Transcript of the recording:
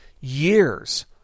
years